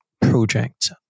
project